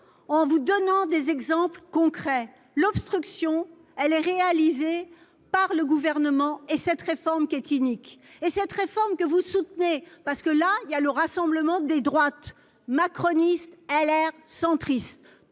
en vous donnant des exemples concrets. L'obstruction, elle est réalisée. Par le gouvernement et cette réforme qui est unique et cette réforme que vous soutenez parce que là il y a le rassemblement des droites macroniste LR centristes